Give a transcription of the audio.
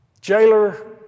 Jailer